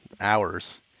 hours